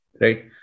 right